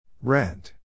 Rent